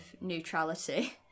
neutrality